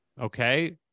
Okay